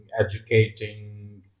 educating